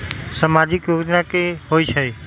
समाजिक योजना की होई छई?